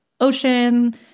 ocean